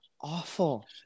awful